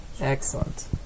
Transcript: excellent